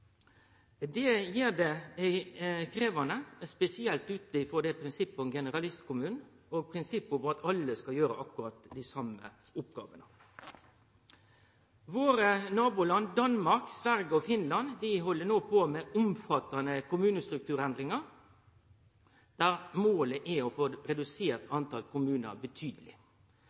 Det gjer det krevjande, spesielt ut frå prinsippet om generalistkommunen og prinsippet om alle skal gjere akkurat dei same oppgåvene. Våre naboland Danmark, Sverige og Finland held no på med omfattande kommunestrukturendringar, der målet er å få redusert talet på kommunar betydeleg.